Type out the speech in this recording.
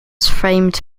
framed